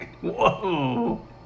Whoa